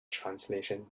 translation